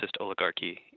oligarchy